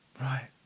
Right